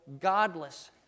godless